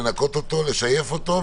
לנקות אותו,